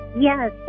Yes